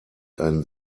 ein